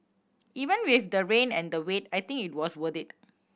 even with the rain and the wait I think it was worth it